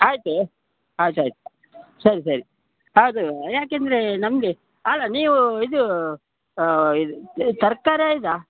ಆಯ್ತು ಆಯ್ತು ಆಯ್ತು ಸರಿ ಸರಿ ಹೌದು ಯಾಕೆಂದ್ರೆ ನಮಗೆ ಅಲ್ಲ ನೀವು ಇದು ಇದು ತರಕಾರಿ ಇದೆ